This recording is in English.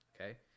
okay